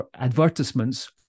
advertisements